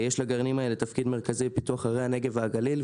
יש לגרעינים האלה תפקיד מרכזי בפיתוח הרי הנגב והגליל.